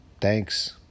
Thanks